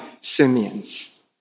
Simeons